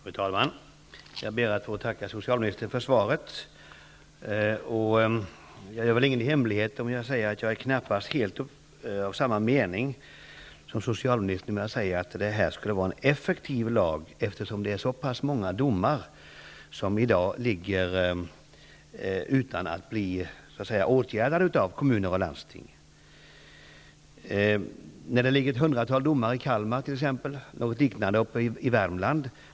Fru talman! Jag ber att få tacka socialministern för svaret. Jag avslöjar väl knappast någon hemlighet om jag säger att jag inte är av samma mening som socialministern när han säger att det här skulle vara en effektiv lag. Det kan jag inte anse när det är så pass många domar som inte har gått i verkställighet. Det ligger t.ex. i Kalmar ett hundratal domar och ungefär samma antal i Värmland.